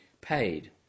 paid